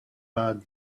bade